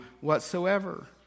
whatsoever